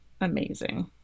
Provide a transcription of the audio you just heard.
Amazing